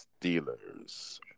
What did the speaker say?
Steelers